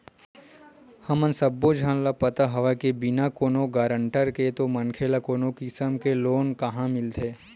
हमन सब्बो झन ल पता हवय के बिना कोनो गारंटर के तो मनखे ल कोनो किसम के लोन काँहा मिलथे